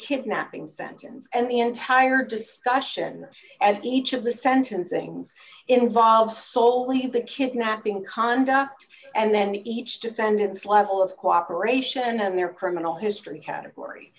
kidnapping sentence and the entire discussion and each of the sentencings involves soli of the kidnapping conduct and then each defendant's level of cooperation and their criminal history category